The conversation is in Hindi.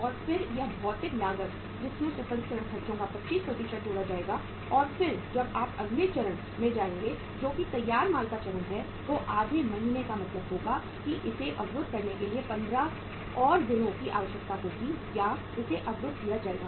और फिर यह भौतिक लागत जिसमें प्रसंस्करण खर्चों का 25 जोड़ा जाएगा और फिर जब आप अगले चरण में जाएंगे जो कि तैयार माल का चरण है तो आधे महीने का मतलब होगा कि इसे अवरुद्ध करने के लिए 15 और दिनों की आवश्यकता होगी या इसे अवरुद्ध किया जाएगा